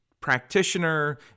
practitioner